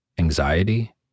Anxiety